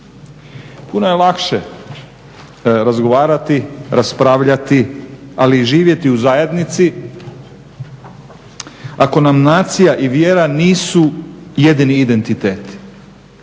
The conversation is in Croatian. Puno je lakše razgovarati, raspravljati ali i živjeti u zajednici ako nam nacija i vjera nisu jedini identitet,